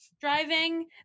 driving